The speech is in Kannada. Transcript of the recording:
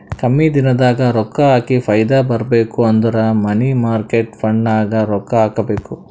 ಕಮ್ಮಿ ದಿನದಾಗ ರೊಕ್ಕಾ ಹಾಕಿ ಫೈದಾ ಬರ್ಬೇಕು ಅಂದುರ್ ಮನಿ ಮಾರ್ಕೇಟ್ ಫಂಡ್ನಾಗ್ ರೊಕ್ಕಾ ಹಾಕಬೇಕ್